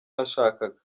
nashakaga